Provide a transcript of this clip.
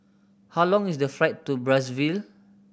how long is the flight to Brazzaville